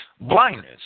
Blindness